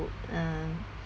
to uh